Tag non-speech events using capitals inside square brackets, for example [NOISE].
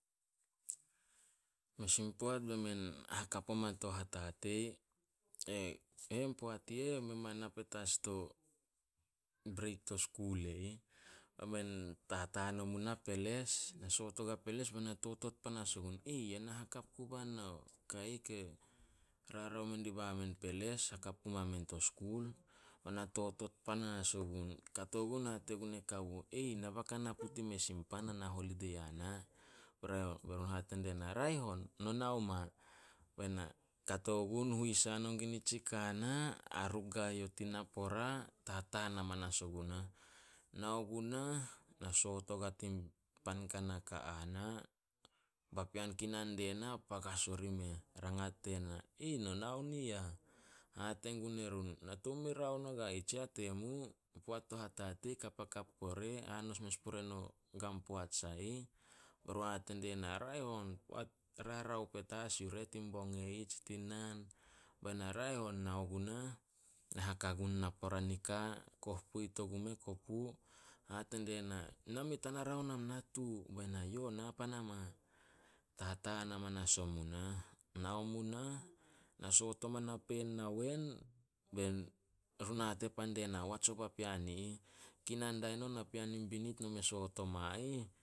Mes in poat bemen hakap oma to hatatei. [UNINTELLIGIBLE] Poat i eh men ma na petas to breik to skul. [UNINTELLIGIBLE] Bae men tataan omu na peles, na soot ogua peles be na totot panas ogun, [UNINTELLIGIBLE] "Yana hakap guba na o ka ih ke rarao mendi bamen peles hakap puma men to skul." Ba na totot panas. [NOISE] Kato gun hate gun e kawo, [UNINTELLIGIBLE] "Na ba ka napu tin mes in pan ana holidei a na." [UNINTELLIGIBLE] Be run hate die na, "Raeh on, no nao ma." Be na kato gun huis hanon gun nitsika na, haruk guae youh tin napora, tataan hamanas ogu nah. Nao gu nah na soot ogua tin pan kana ka a na. Papean kinan die na pagas ori meh, rangat die na, [UNINTELLIGIBLE] "No nao ni yah." Hate gun erun, "Na tou me raon ogua ih tsiah temu. Poat to hatatei kapakap pore, hanos mes pore nin kan poat sai ih." Be run hate die na, "Raeh on poat rarao petas yu ih tin bong tsi tin naan." Ba na, "Raeh on." Nao gu nah na haka gun napora nika, koh poit ogumeh kopu. Hate die na, "Name tana raon am natu." Be na, "Yo, na pan ama." Tataan amanas omu nah, [UNINTELLIGIBLE] na soot oma napeen nawen. [HESITATION] Run hate pan die na, "Wats o papean i ih, kinan dia eno napean in binit no me soot oma ih